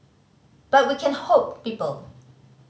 but we can hope people